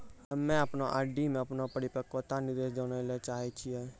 हम्मे अपनो आर.डी मे अपनो परिपक्वता निर्देश जानै ले चाहै छियै